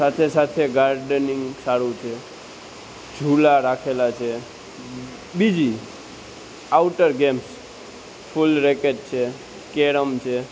સાથે સાથે ગાર્ડનિંગ સારું છે ઝૂલા રાખેલા છે બીજી આઉટર ગેમ્સ ફૂલ રેકેટ છે કેરમ છે